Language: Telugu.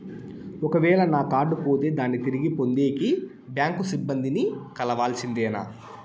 ఒక వేల నా కార్డు పోతే దాన్ని తిరిగి పొందేకి, బ్యాంకు సిబ్బంది ని కలవాల్సిందేనా?